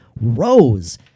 rose